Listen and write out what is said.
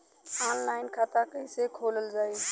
Online खाता कईसे खोलल जाई?